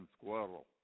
squirrel